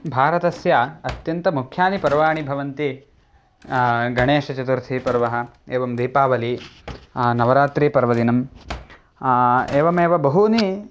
भारतस्य अत्यन्तमुख्यानि पर्वाणि भवन्ति गणेशचतुर्थी पर्वः एवं दीपावली नवरात्रिपर्वदिनम् एवमेव बहूनि